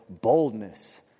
boldness